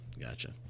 Gotcha